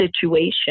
situation